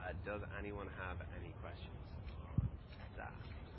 ah does anyone have any questions on that?